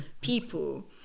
people